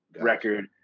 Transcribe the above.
record